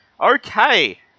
Okay